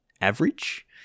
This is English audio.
average